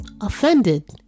offended